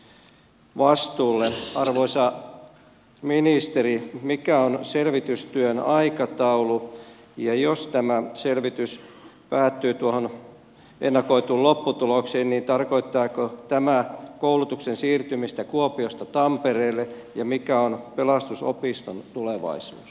arvoisa ministeri mikä on selvitystyön aikataulu ja jos tämä selvitys päätyy tuohon ennakoituun lopputulokseen niin tarkoittaako tämä koulutuksen siirtymistä kuopiosta tampereelle ja mikä on pelastusopiston tulevaisuus